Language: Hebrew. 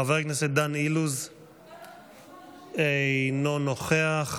חבר הכנסת דן אילוז, אינו נוכח.